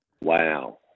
wow